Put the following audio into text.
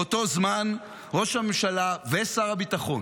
באותו זמן ראש הממשלה ושר הביטחון